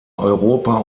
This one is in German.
europa